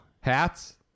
Hats